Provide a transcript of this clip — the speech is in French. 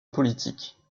politique